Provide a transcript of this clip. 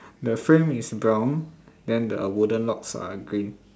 the frame is brown then the wooden logs are green